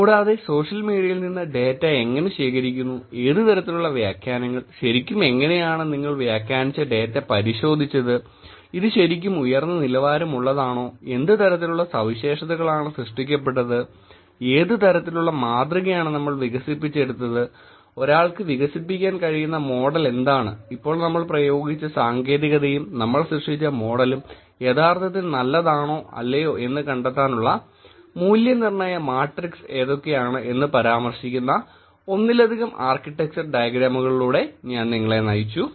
കൂടാതെ സോഷ്യൽ മീഡിയയിൽ നിന്ന് ഡാറ്റ എങ്ങനെ ശേഖരിക്കുന്നു ഏത് തരത്തിലുള്ള വ്യാഖ്യാനങ്ങൾ ശരിക്കും എങ്ങനെയാണു നിങ്ങൾ വ്യാഖ്യാനിച്ച ഡേറ്റ പരിശോധിച്ചത് ഇത് ശരിക്കും ഉയർന്ന നിലവാരം ഉള്ളതാണോ എന്ത് തരത്തിലുള്ള സവിശേഷതകളാണ് സൃഷ്ടിക്കപ്പെട്ടത് ഏത് തരത്തിലുള്ള മാതൃകയാണ് നമ്മൾ വികസിപ്പിച്ചെടുത്തത് ഒരാൾക്ക് വികസിപ്പിക്കാൻ കഴിയുന്ന മോഡൽ എന്താണ് ഇപ്പോൾ നമ്മൾ പ്രയോഗിച്ച സാങ്കേതികതയും നമ്മൾ സൃഷ്ടിച്ച മോഡലും യഥാർത്ഥത്തിൽ നല്ലതാണോ എന്ന കണ്ടെത്താനുള്ള മൂല്യനിർണ്ണയ മാട്രിക്സ് ഏതൊക്കെയാണ് എന്ന് പരാമർശിക്കുന്ന ഒന്നിലധികം ആർക്കിടെക്ചർ ഡയഗ്രാമുകളിലൂടെ ഞാൻ നിങ്ങളെ നയിച്ചു